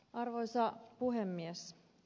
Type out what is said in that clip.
arvoisa puhemies